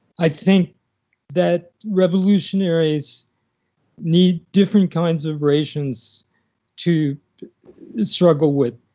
i think that revolutionaries need different kinds of rations to struggle with.